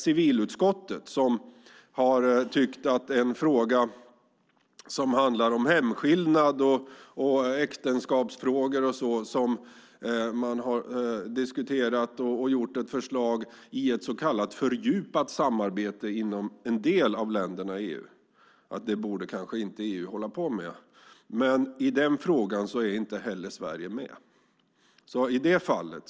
Civilutskottet ansåg nämligen att en fråga om hemskillnad, äktenskap och sådant, där man i ett så kallat fördjupat samarbete i en del av länderna i EU har tagit fram ett förslag, var något som EU kanske inte borde hålla på med. I samarbetet i den frågan är dock Sverige heller inte med.